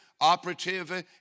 operative